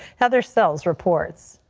heather so reports.